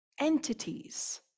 entities